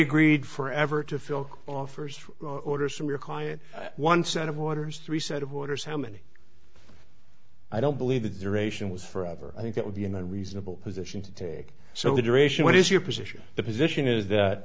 agreed forever to fill offers orders from your client one set of waters three set of orders how many i don't believe the duration was forever i think that would be an unreasonable position to take so the duration what is your position the position is that